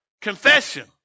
confession